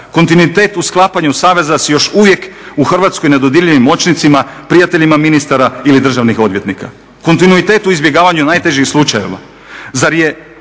kontinuitet u sklapanju saveza s još uvijek u Hrvatskoj nedodirljivim moćnicima, prijateljima ministara ili državnih odvjetnika. Kontinuitet u izbjegavanju najtežih slučajeva.